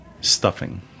Stuffing